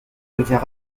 devient